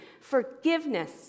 forgiveness